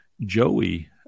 Joey